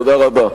תודה רבה.